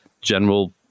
general